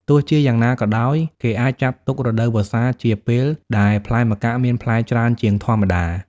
ទោះជាយ៉ាងណាក៏ដោយ គេអាចចាត់ទុក រដូវវស្សា ជាពេលដែលផ្លែម្កាក់មានផ្លែច្រើនជាងធម្មតា។